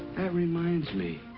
that reminds me.